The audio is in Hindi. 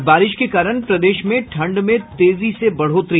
और बारिश के कारण प्रदेश में ठंड में तेजी से बढोतरी